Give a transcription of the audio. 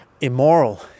immoral